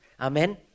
Amen